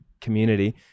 community